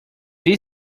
had